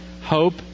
Hope